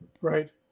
Right